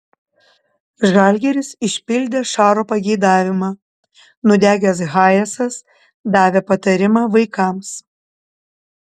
žalgiris išpildė šaro pageidavimą nudegęs hayesas davė patarimą vaikams